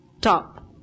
top